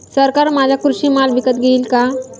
सरकार माझा कृषी माल विकत घेईल का?